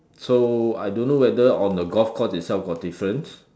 so I don't know whether on the golf course itself got difference